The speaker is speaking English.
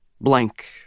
blank